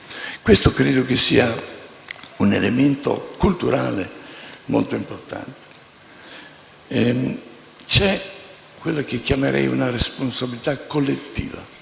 Questo credo che sia un elemento culturale molto importante. C'è quella che definirei una responsabilità collettiva.